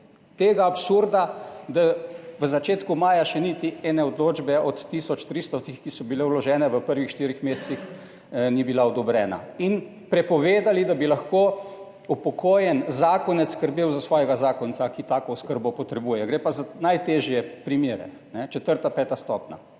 tega absurda, da v začetku maja še niti ena odločba od tisoč 300, ki so bile vložene v prvih štirih mesecih, ni bila odobrena. Prepovedali ste, da bi lahko upokojeni zakonec skrbel za svojega zakonca, ki tako oskrbo potrebuje, gre pa za najtežje primere četrte, pete stopnje.